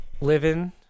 living